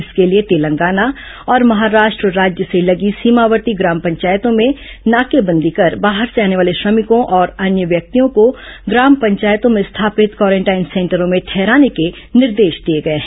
इसके लिए तेलंगाना और महाराष्ट्र राज्य से लगी सीमावर्ती ग्राम पंचायतों में नाकेबंदी कर बाहर से आने वाले श्रमिकों और अन्य व्यक्तियों को ग्राम पंचायतों में स्थापित क्वारेंटाइन सेंटरों में ठहराने के निर्देश दिए गए हैं